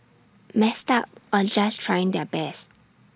messed up or just trying their best